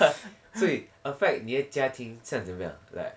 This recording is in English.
所以 affect 你的家庭像怎样